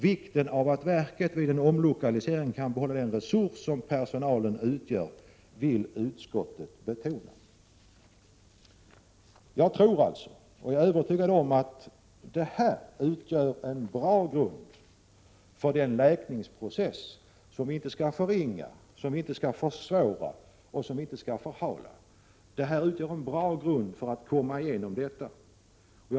Vikten av att verket vid en omlokalisering kan behålla den resurs som personalen utgör vill utskottet betona.” Jag är övertygad om att detta utgör en bra grund för den läkningsprocess som vi inte skall förringa nödvändigheten av och som vi inte skall försvåra eller förhala. Det utgör en bra grund för att komma igenom svårigheterna.